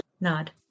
nod